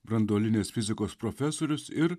branduolinės fizikos profesorius ir